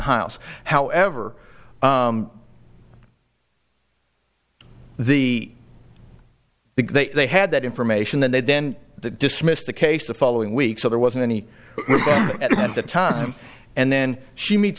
house however the because they had that information that they then dismissed the case the following week so there wasn't any at that time and then she meets